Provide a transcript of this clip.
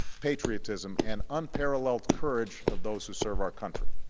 patriotism, and unparalleled courage of those who serve our country.